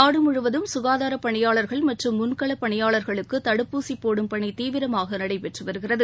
நாடு முழுவதும் சுகாதார பணியாளர்கள் மற்றும் முன்கள பணியாளர்களுக்கு தடுப்பூசி போடும் பணி தீவிரமாக நடைபெற்று வருகிறது